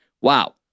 Wow